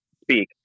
speak